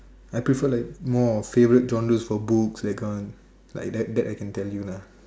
I prefer like more of favorite genres for books like one like that I can tell you